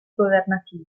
governativi